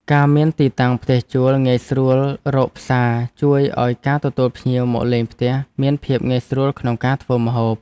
ការមានទីតាំងផ្ទះជួលងាយស្រួលរកផ្សារជួយឱ្យការទទួលភ្ញៀវមកលេងផ្ទះមានភាពងាយស្រួលក្នុងការធ្វើម្ហូប។